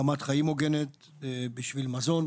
רמת חיים הוגנת בשביל מזון,